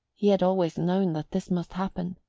he had always known that this must happen.